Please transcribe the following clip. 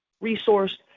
resource